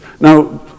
Now